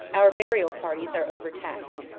our burial parties are over-taxed.